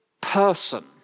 person